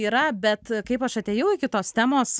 yra bet kaip aš atėjau iki tos temos